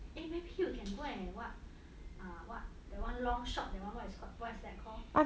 eh maybe you can go and what err what that one long shot what is that called